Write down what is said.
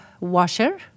washer